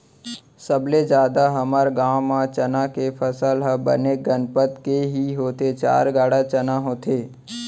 सबले जादा हमर गांव म चना के फसल ह बने गनपत के ही होथे चार गाड़ा चना होथे